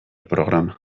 programa